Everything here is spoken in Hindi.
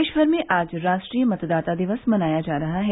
देश भर में आज राष्ट्रीय मतदाता दिवस मनाया जा रहा है